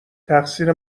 تقصیر